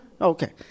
Okay